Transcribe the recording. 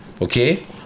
okay